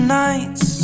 nights